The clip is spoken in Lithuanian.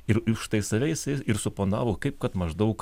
ir štai save jisai ir suponavo kaip kad maždaug